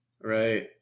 Right